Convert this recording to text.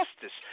justice